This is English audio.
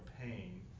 pain